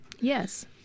Yes